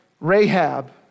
Rahab